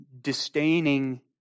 disdaining